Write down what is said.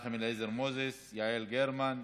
מנחם אליעזר מוזס, יעל גרמן.